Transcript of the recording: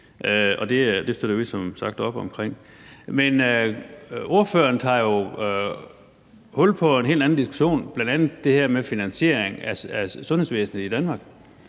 det støtter vi som sagt op omkring. Men ordføreren tager jo hul på en helt anden diskussion, bl.a. det her med finansieringen af sundhedsvæsenet i Danmark.